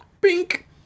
Pink